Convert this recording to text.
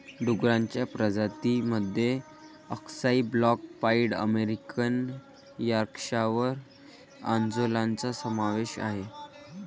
डुक्करांच्या प्रजातीं मध्ये अक्साई ब्लॅक पाईड अमेरिकन यॉर्कशायर अँजेलॉनचा समावेश आहे